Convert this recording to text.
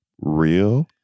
real